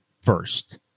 first